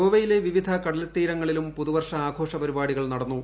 ഗോവയിലെ വിവിധ കടൽത്തീരങ്ങളിലും പുതുവർഷ ആഘോഷ പരിപാടികൾ നടന്നു